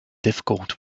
difficult